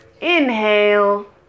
inhale